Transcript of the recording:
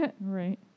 Right